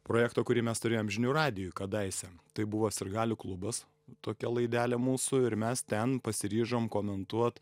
projekto kurį mes turėjom žinių radijuj kadaise tai buvo sirgalių klubas tokia laidelė mūsų ir mes ten pasiryžom komentuot